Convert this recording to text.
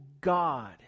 God